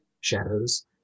shadows